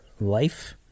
life